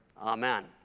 amen